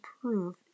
prove